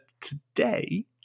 today